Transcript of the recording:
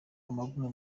amabuno